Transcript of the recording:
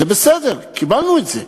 זה בסדר, קיבלנו את זה.